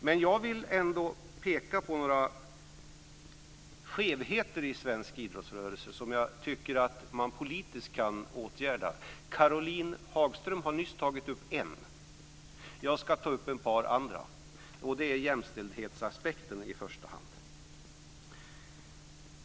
Men jag vill ändå peka på några skevheter i svensk idrottsrörelse som jag tycker att man politiskt kan åtgärda. Caroline Hagström har nyss tagit upp en. Jag ska ta upp ett par andra. Det gäller i första hand jämställdhetsaspekten.